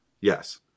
Yes